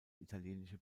italienische